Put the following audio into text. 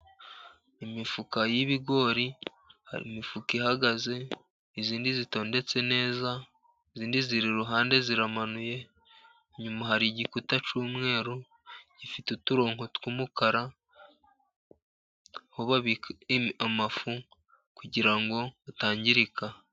Imifuka y'ibigori, hari imifuka ihagaze, iyindi itondetse neza, iyindi iri iruhande iramanuye. Inyuma hari igikuta cy'mweru gifite uturongo twumukara, aho babika amafu kugira ngo atangirika.